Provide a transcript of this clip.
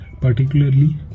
particularly